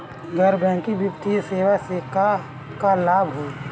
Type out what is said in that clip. गैर बैंकिंग वित्तीय सेवाएं से का का लाभ होला?